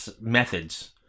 methods